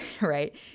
right